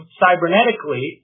cybernetically